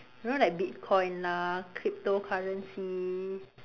you know like bitcoin lah cryptocurrency